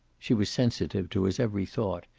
she was sensitive to his every thought,